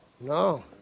No